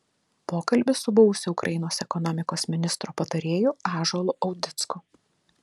pokalbis su buvusiu ukrainos ekonomikos ministro patarėju ąžuolu audicku